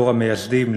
דור המייסדים?